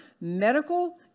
medical